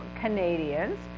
Canadians